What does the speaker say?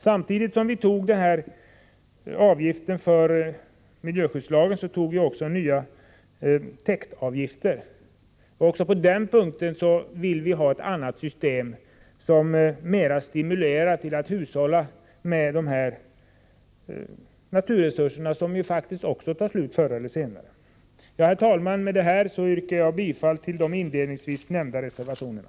Samtidigt som vi antog avgiften enligt miljöskyddslagen antogs nya täktavgifter. Även här vill vi ha ett annat system, som mera stimulerar till hushållning med de naturresurser som förr eller senare tar slut. Herr talman! Med detta yrkar jag bifall till de inledningsvis nämnda reservationerna.